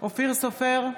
אופיר סופר,